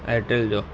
Airtel जो